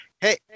hey